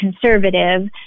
conservative